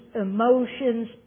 emotions